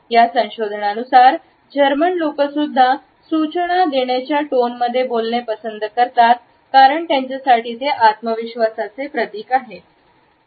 या संशोधनानुसार जर्मन लोकसुद्धा सुचना देण्याच्या टोनमध्ये बोलले पसंद करते कारण त्यांच्यासाठी ते आत्मविश्वासाचे प्रतीक आहे